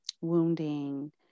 wounding